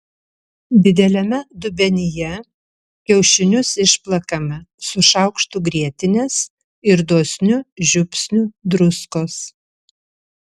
dideliame dubenyje kiaušinius išplakame su šaukštu grietinės ir dosniu žiupsniu druskos